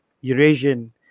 Eurasian